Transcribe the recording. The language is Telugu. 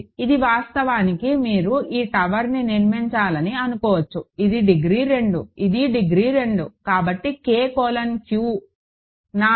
ఇది వాస్తవానికి మీరు ఈ టవర్ని నిర్మించాలని అనుకోవచ్చు ఇది డిగ్రీ 2 ఇది డిగ్రీ 2 కాబట్టి K కోలన్ Q 4